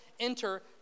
Enter